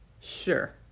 Sure